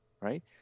Right